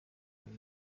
uyu